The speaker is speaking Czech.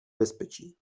bezpečí